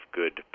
good